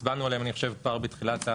הצבענו עליהם אני חושב כבר בתחילת.